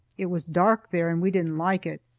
it was dark there, and we didn't like it.